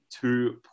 two